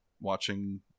watching